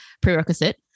prerequisite